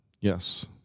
Yes